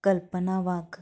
कल्पना वाघ